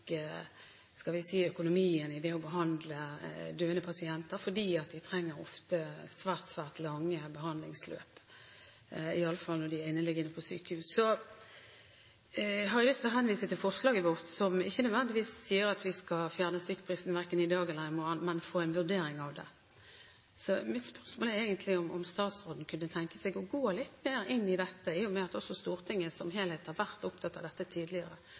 skal vi si – økonomien i det å behandle døende pasienter, fordi de ofte trenger svært, svært lange behandlingsløp, i alle fall når de er inneliggende på sykehus. Jeg har lyst til å henvise til forslaget vårt, som ikke nødvendigvis sier at vi skal fjerne stykkprisen verken i dag eller i morgen, men få en vurdering av den. Mitt spørsmål er egentlig om statsråden kunne tenke seg å gå litt mer inn i dette, i og med at også Stortinget som helhet har vært opptatt av dette tidligere,